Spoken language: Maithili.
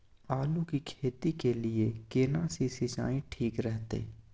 आलू की खेती के लिये केना सी सिंचाई ठीक रहतै?